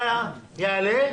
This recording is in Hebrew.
אמרת יעלה,